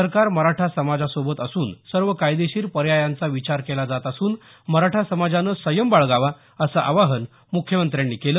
सरकार मराठा समाजासोबत असून सर्व कायदेशीर पर्यांयांचा विचार केला जात असून मराठा समाजाने संयम बाळगावा असं आवाहन म्ख्यमंत्र्यांनी केलं